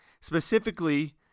specifically